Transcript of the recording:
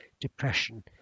depression